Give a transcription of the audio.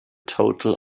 total